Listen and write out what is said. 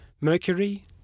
Mercury